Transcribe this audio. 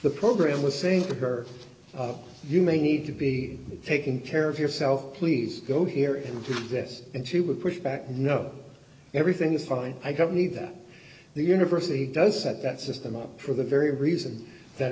the program was saying to her you may need to be taking care of yourself please go here into this and she would push back no everything's fine i don't need that the university does at that system up for the very reason that